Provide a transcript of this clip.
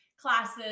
classes